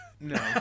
no